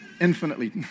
infinitely